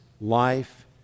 life